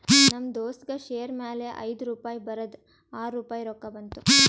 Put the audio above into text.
ನಮ್ ದೋಸ್ತಗ್ ಶೇರ್ ಮ್ಯಾಲ ಐಯ್ದು ರುಪಾಯಿ ಬರದ್ ಆರ್ ರುಪಾಯಿ ರೊಕ್ಕಾ ಬಂತು